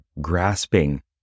grasping